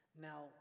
Now